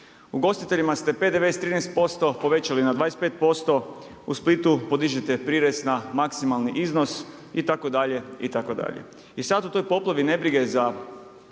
Ugostiteljima ste PDV sa 13% povećali na 25%. U Splitu podižete prirez na maksimalni iznos itd.